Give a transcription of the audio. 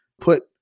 put